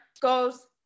goes